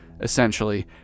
essentially